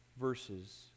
verses